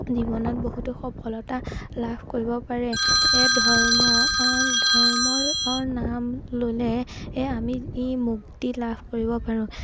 জীৱনত বহুতো সফলতা লাভ কৰিব পাৰে এ ধৰ্ম ধৰ্মৰ নাম ল'লে এ আমি মুক্তি লাভ কৰিব পাৰোঁ